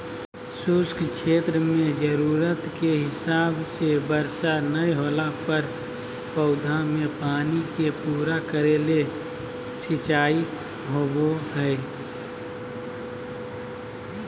शुष्क क्षेत्र मेंजरूरत के हिसाब से वर्षा नय होला पर पौधा मे पानी के पूरा करे के ले सिंचाई होव हई